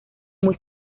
muy